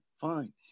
fine